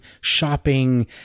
shopping